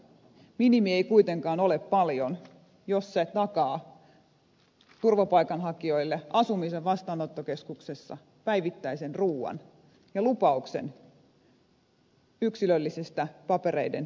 minimi ei kuitenkaan ole paljon jos se takaa turvapaikanhakijoille asumisen vastaanottokeskuksessa päivittäisen ruuan ja lupauksen yksilöllisestä papereiden käsittelystä